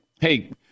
Hey